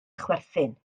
chwerthin